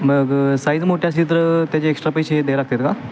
मग साईज मोठे असली तर त्याचे एक्स्ट्रा पैसे द्याय लागतात का